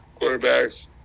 quarterbacks